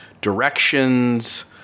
directions